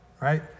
right